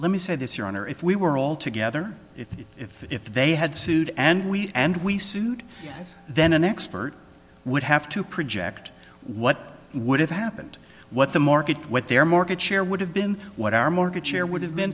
let me say this your honor if we were all together if if if they had sued and we and we sued yes then an expert would have to project what would have happened what the market what their market share would have been what our market share would have been